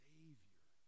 Savior